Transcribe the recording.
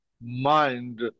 mind